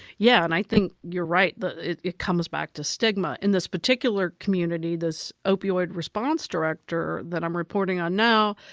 yeah, and i think you're right but it it comes back to stigma. in this particular community, this opioid response director that i'm reporting on now,